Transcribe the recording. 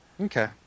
Okay